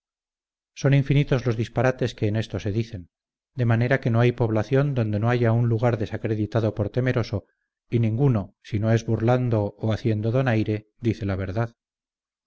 son infinitos los disparates que en esto se dicen de manera que no hay población donde no haya un lugar desacreditado por temeroso y ninguno si no es burlando o haciendo donaire dice la verdad